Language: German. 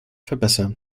verbessern